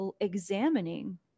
examining